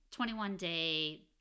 21-day